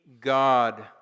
God